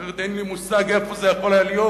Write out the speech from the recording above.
אחרת אין לי מושג איפה זה היה יכול להיות,